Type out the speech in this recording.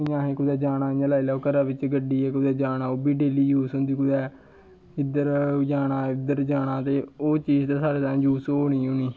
जियां असें कुतै जाना इ'यां लाई लैओ घरा दे बिच्च गड्डी ऐ कुतै जाना ओह् बी डेली यूज़ होंदी कुदै इद्धर जाना इद्धर जाना ते ओह् चीज़ ते साढ़े ताईं यूज़ होनी गै होनी